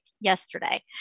yesterday